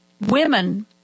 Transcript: women